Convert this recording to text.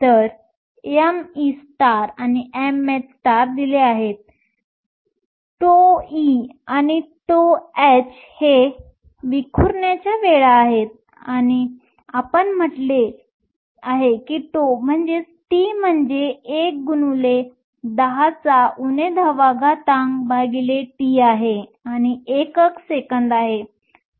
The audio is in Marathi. तर me आणि mh दिले आहेत τe आणि τh हे विखुरण्याच्या वेळा आहेत आणि आपण म्हटले आहे की τ म्हणजे T आहे आणि एकक सेकंद आहे